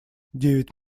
девять